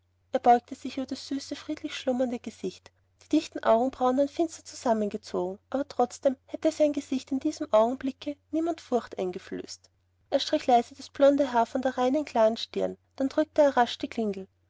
er beugte sich über das süße friedlich schlummernde gesicht die dichten augenbrauen waren finster zusammengezogen aber trotzdem hätte sein gesicht in diesem augenblicke niemand furcht eingeflößt er strich leise das blonde haar von der reinen klaren stirn dann drückte er rasch auf die klingel